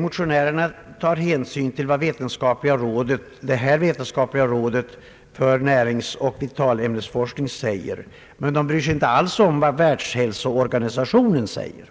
Motionärerna tar hänsyn till vad detta vetenskapliga råd för näringsoch vitalämnesforskning sagt, men de bryr sig inte alls om vad Världshälsoorganisationen säger.